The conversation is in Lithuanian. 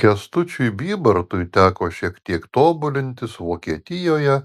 kęstučiui bybartui teko šiek tiek tobulintis vokietijoje